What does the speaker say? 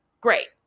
Great